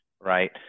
Right